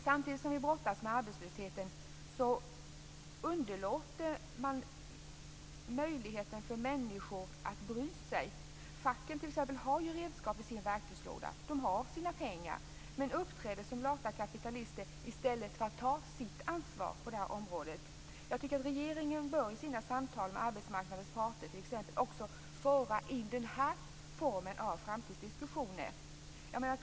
Samtidigt som vi brottas med arbetslösheten underlåter man att utnyttja möjligheten för människor att bry sig. Facken har t.ex. redskap i sin verktygslåda. De har sina pengar men uppträder som lata kapitalister i stället för att ta sitt ansvar på det här området. Regeringen bör i sina samtal med arbetsmarknadens parter föra in också den här formen av framtidsdiskussioner.